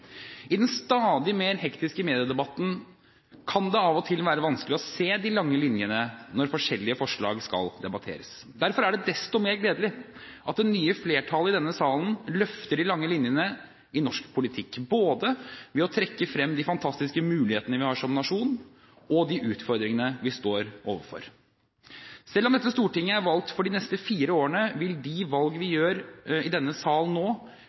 I den stadig mer hektiske mediedebatten kan det av og til være vanskelig å se de lange linjene når forskjellige forslag skal debatteres. Derfor er det desto mer gledelig at det nye flertallet i denne salen løfter de lange linjene i norsk politikk, ved å trekke frem både de fantastiske mulighetene vi har som nasjon, og de utfordringene vi står overfor. Selv om dette stortinget er valgt for de neste fire årene, vil de valg vi gjør i denne sal nå,